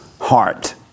heart